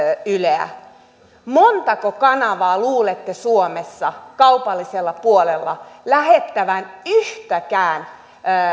yleä niin montako kanavaa luulette suomessa olevan kaupallisella puolella jotka lähettävät ruotsiksi yhtäkään